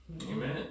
Amen